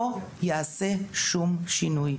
לא ייעשה שום שינוי.